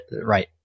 right